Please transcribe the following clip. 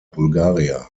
bulgaria